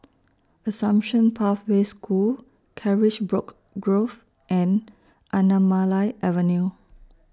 Assumption Pathway School Carisbrooke Grove and Anamalai Avenue